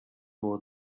more